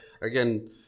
again